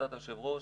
להחלטת היושב ראש,